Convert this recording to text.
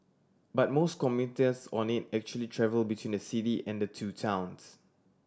but most commuters on it actually travel between the city and the two towns